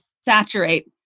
saturate